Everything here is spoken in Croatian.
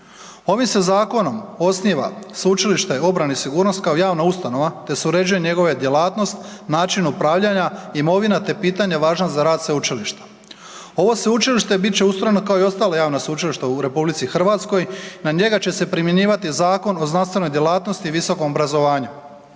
Ovim se zakonom osniva Sveučilište obrane i sigurnosti kao javna ustanova te se uređuje njegove djelatnost, način upravljanja, imovina te pitanje važan za rad sveučilišta. Ovo Sveučilište bit će ustrojeno kao i ostala javna sveučilišta u RH, na njega će se primjenjivati Zakon o znanstvenoj djelatnosti i visokom obrazovanju.